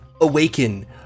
awaken